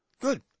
Good